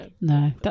No